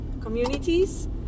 communities